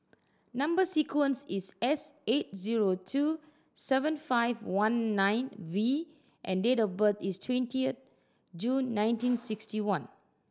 number sequence is S eight zero two seven five one nine V and date of birth is twentieth June nineteen sixty one